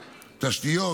תשתיות,